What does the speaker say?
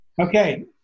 Okay